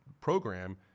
program